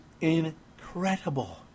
incredible